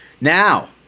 Now